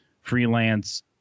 freelance